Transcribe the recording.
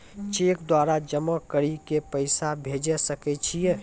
Cheque द्वारा जमा करि के पैसा भेजै सकय छियै?